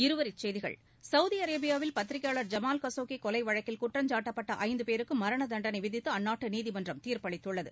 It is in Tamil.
இருவரி செய்திகள் சவுதி அரேபியாவில் பத்திரிக்கையாள் ஜமால் கசோக்கி கொலை வழக்கில் குற்றஞ்சாட்டப்பட்ட ஐந்து பேருக்கு மரண தண்டனை விதித்து அந்நாட்டு நீதிமன்றம் தீர்ப்பளித்துள்ளது